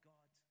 God